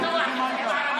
ועדת משנה.